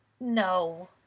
no